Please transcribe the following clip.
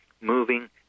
moving